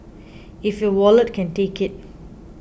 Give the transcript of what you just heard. if your wallet can take it